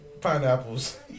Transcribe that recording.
Pineapples